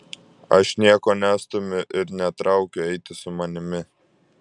aš nieko nestumiu ir netraukiu eiti su manimi